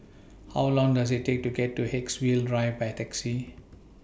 How Long Does IT Take to get to Haigsville Drive By Taxi